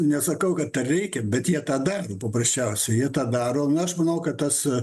nesakau kad reikia bet jie tada paprasčiausiai jie tą daro na aš manau kad tas